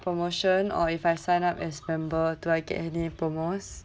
promotion or if I sign up as member do I get any promos